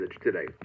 today